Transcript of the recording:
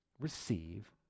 receive